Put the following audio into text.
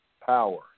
Power